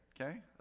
okay